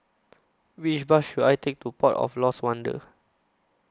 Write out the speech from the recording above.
Which Bus should I Take to Port of Lost Wonder